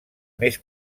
més